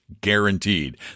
guaranteed